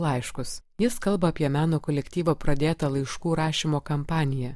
laiškus jis kalba apie meno kolektyvo pradėtą laiškų rašymo kampaniją